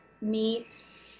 meats